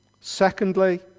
Secondly